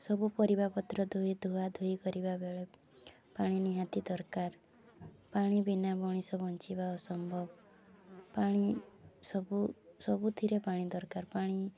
ସବୁ ପରିବାପତ୍ର ଧୋଇ ଧୁଆ ଧୋଇ କରିବା ବେଳେ ପାଣି ନିହାତି ଦରକାର ପାଣି ବିନା ମଣିଷ ବଞ୍ଚିବା ଅସମ୍ଭବ ପାଣି ସବୁ ସବୁଥିରେ ପାଣି ଦରକାର ପାଣି